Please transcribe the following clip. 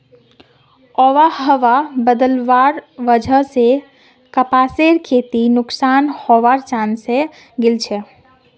आबोहवा बदलवार वजह स कपासेर खेती नुकसान हबार चांस हैं गेलछेक